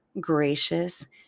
gracious